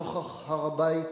נוכח הר-הבית.